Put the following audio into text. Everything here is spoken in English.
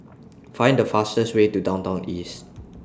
Find The fastest Way to Downtown East